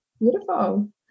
Beautiful